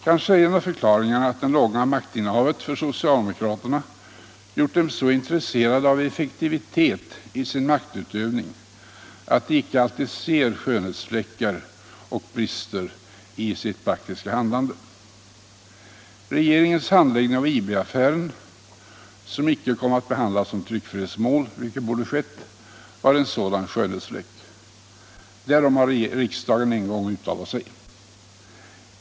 Kanske är en av förklaringarna att det långa maktinnehavet gjort socialdemokraterna så intresserade av effektivitet vid sin maktutövning att de icke alltid ser skönhetsfläckar och brister i sitt faktiska handlande. Regeringens handläggning av IB-affären, som icke kom att behandlas som tryckfrihetsmål, vilket borde ha skett, var en sådan skönhetsfläck. Därom har riksdagen en gång uttalat sig.